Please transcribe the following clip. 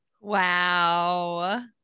Wow